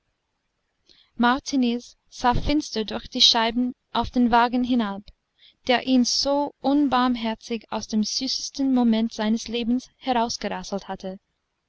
sah finster durch die scheiben auf den wagen hinab der ihn so unbarmherzig aus dem süßesten moment seines lebens herausgerasselt hatte